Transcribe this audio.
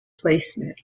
placement